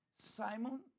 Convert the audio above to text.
Simon